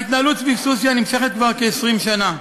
ההתנהלות סביב סוסיא נמשכת כבר כ-20 שנה.